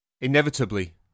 Inevitably